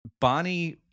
Bonnie